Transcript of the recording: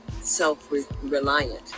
self-reliant